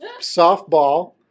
Softball